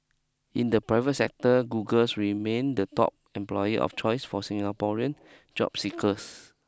in the private sector Google remained the top employer of choice for Singaporean job seekers